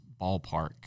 ballpark